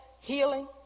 healing